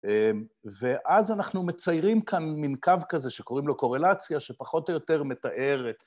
ואז אנחנו מציירים כאן מין קו כזה שקוראים לו קורלציה, שפחות או יותר מתארת...